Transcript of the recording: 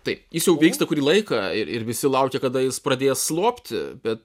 tai jis jau vyksta kurį laiką ir ir visi laukia kada jis pradės slopti bet